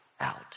out